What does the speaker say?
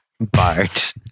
Bart